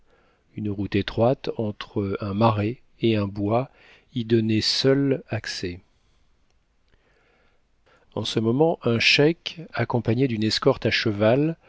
une route étroite entre un marais et un bois y donnait seule accès en ce moment un cheik accompagné d'une escorte à cheval